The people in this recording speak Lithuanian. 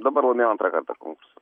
dabar laimėjau antrą kartą konkursą